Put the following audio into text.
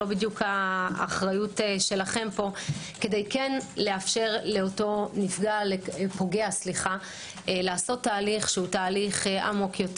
לא האחריות שלכם כדי לאפשר לאותו פוגע לעשות תהליך עמוק,